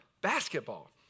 basketball